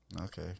Okay